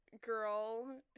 girl